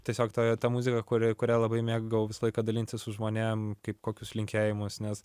tiesiog ta ta muzika kuri kurią labai mėgdavau visą laiką dalintis su žmonėm kaip kokius linkėjimus nes